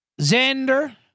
Xander